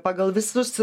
pagal visus